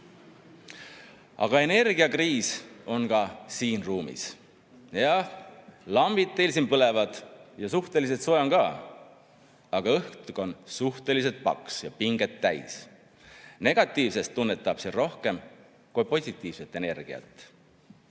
Aga energiakriis on ka siin ruumis. Jah, lambid teil siin põlevad ja suhteliselt soe on ka, aga õhk on suhteliselt paks ja pinget täis. Negatiivset [energiat] tunnetab siin rohkem kui positiivset energiat.